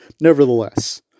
nevertheless